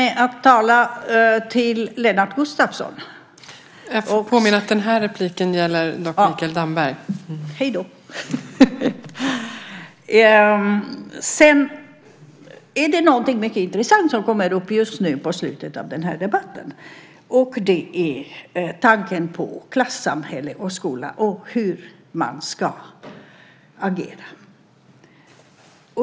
Det är något mycket intressant som kommer upp just nu, i slutet av den här debatten, och det är tanken på klassamhället och skolan och hur man ska agera.